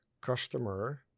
customer